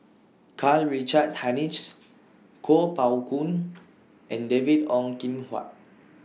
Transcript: Karl Richard Hanitsch Kuo Pao Kun and David Ong Kim Huat